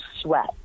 sweat